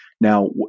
Now